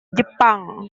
jepang